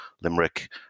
Limerick